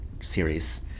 series